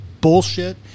bullshit